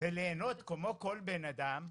וליהנות כמו כל בן אדם,